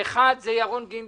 אם כבר מנגנונים קיימים,